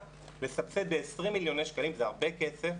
לסבסד ב-20 מיליון שקלים זה הרבה כסף,